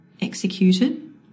executed